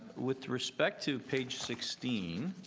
with respect to page sixteen